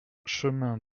chemin